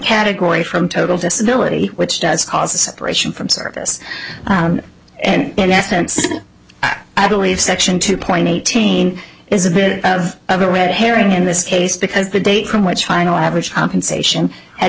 category from total disability which does cause a separation from service and in essence i believe section two point eight teen is a bit of a red herring in this case because the date from which final average compensation had